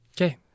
Okay